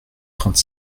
trente